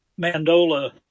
mandola